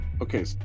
Okay